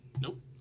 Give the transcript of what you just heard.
Nope